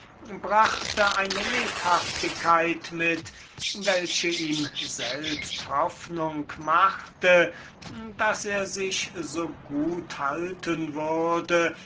brachte eine lebhaftigkeit mit welche ihm selbst hoffnung machte daß er sich so gut halten würde